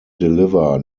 deliver